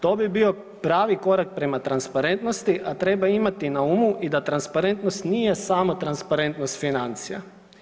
To bi bio pravi korak prema transparentnosti, a treba imati na umu i da transparentnost nije samo transparentnost financija.